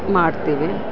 ಮಾಡ್ತೀವಿ